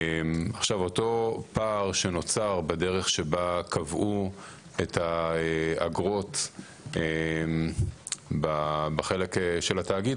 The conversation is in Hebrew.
אותו פער שנוצר בדרך שבה קבעו את האגרות בחלק של התאגיד,